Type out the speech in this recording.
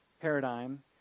paradigm